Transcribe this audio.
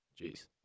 Jeez